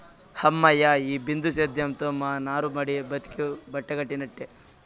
హమ్మయ్య, ఈ బిందు సేద్యంతో మా నారుమడి బతికి బట్టకట్టినట్టే